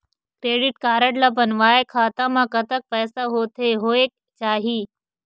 Credit card ला बनवाए खाता मा कतक पैसा होथे होएक चाही?